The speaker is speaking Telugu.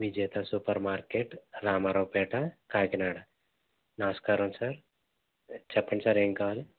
విజేత సూపర్ మార్కెట్ రామారావు పేట కాకినాడ నమస్కారం సార్ చెప్పండి సార్ ఏం కావాలి